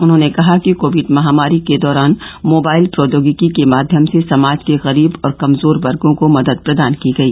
उन्होंने कहा कि कोविड महामारी के दौरान मोबाइल प्रौद्योगिकी के माध्यम से समाज के गरीब और कमजोर वर्गो को मदद प्रदान की गई